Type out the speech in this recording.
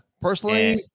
Personally